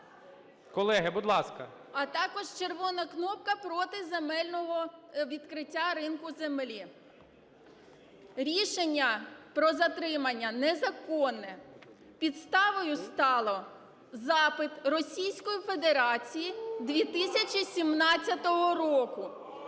Колеги, будь ласка. СКОРОХОД А.К. А також "червона" кнопка проти земельного… відкриття ринку землі. Рішення про затримання незаконне. Підставою став запит Російської Федерації 2017 року.